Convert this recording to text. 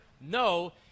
No